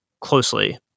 closely